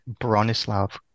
Bronislav